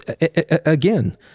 again